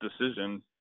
decision